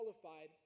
qualified